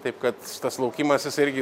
taip kad šitas laukimas jisai irgi